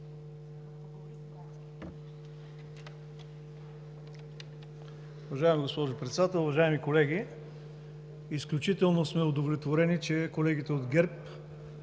Уважаема госпожо Председател, уважаеми колеги! Изключително сме удовлетворени, че колегите от ГЕРБ